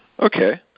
Okay